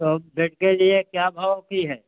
तो बेड के लिए क्या भाव की है